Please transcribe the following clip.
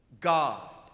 God